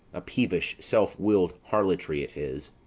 a peevish self-will'd harlotry it is.